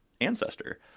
ancestor